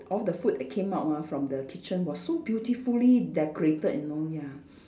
all the food that came out ah from the kitchen was so beautifully decorated you know ya